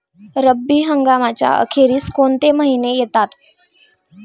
रब्बी हंगामाच्या अखेरीस कोणते महिने येतात?